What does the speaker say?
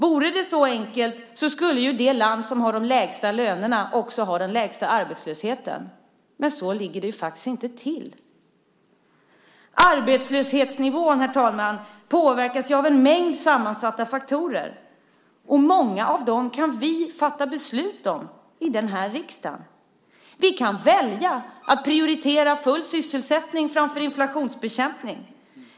Vore det så enkelt skulle ju det land som har de lägsta lönerna också ha den lägsta arbetslösheten, men så ligger det faktiskt inte till. Arbetslöshetsnivån påverkas av en mängd sammansatta faktorer. Många av dem kan vi fatta beslut om i den här riksdagen. Vi kan välja att prioritera full sysselsättning framför inflationsbekämpning.